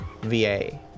VA